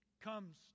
comes